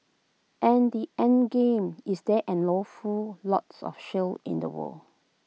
and the endgame is there's an awful lot of shale in the world